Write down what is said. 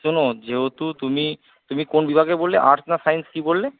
শোনো যেহেতু তুমি তুমি কোন বিভাগে বললে আর্টস না সায়েন্স কী বললে